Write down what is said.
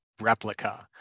replica